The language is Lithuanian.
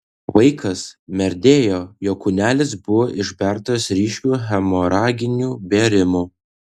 vaikas merdėjo jo kūnelis buvo išbertas ryškiu hemoraginiu bėrimu